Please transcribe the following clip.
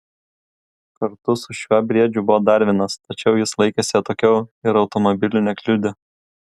kartu su šiuo briedžiu buvo dar vienas tačiau jis laikėsi atokiau ir automobilių nekliudė